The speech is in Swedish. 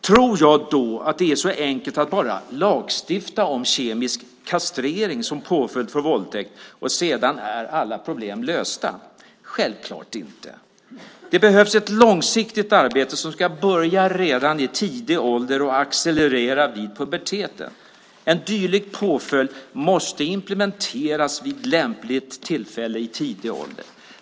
Tror jag då att det är så enkelt att det bara är att lagstifta om kemisk kastrering som påföljd för våldtäkt, och sedan är alla problem lösta? Självfallet inte. Det behövs ett långsiktigt arbete som ska börja redan i tidig ålder och accelerera vid puberteten. En dylik påföljd måste implementeras vid lämpligt tillfälle i tidig ålder.